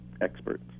experts